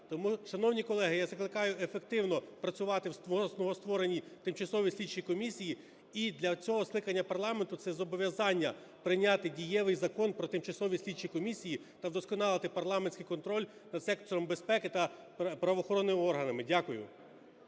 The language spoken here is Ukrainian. шановні колеги, я закликаю ефективно працювати в новоствореній тимчасовій слідчій комісії, і для цього скликання парламенту це зобов'язання - прийняти дієвий Закон про тимчасові слідчі комісії та вдосконалити парламентський контроль над сектором безпеки та правоохоронними органами. Дякую.